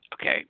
okay